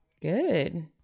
Good